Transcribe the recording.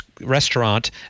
restaurant